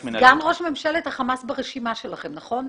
סגן ראש ממשלת החמאס ברשימה שלכם, נכון?